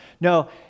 No